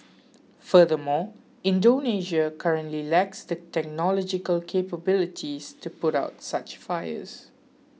furthermore Indonesia currently lacks the technological capabilities to put out such fires